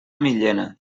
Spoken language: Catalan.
millena